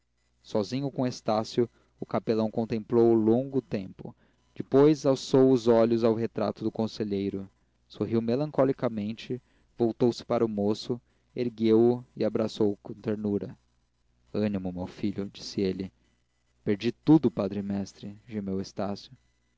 sozinho com estácio o capelão contemplou-o longo tempo depois alçou os olhos ao retrato do conselheiro sorriu melancolicamente voltou se para o moço ergueu o e abraçou com ternura ânimo meu filho disse ele perdi tudo padre mestre gemeu estácio